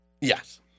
Yes